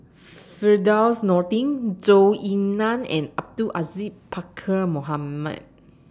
Firdaus Nordin Zhou Ying NAN and Abdul Aziz Pakkeer Mohamed